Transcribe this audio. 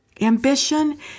Ambition